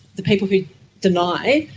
the people who deny,